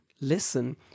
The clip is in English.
listen